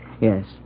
Yes